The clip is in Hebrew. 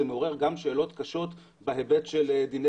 זה מעורר שאלות קשות בהיבט של דיני